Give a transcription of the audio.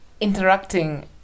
interacting